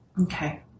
Okay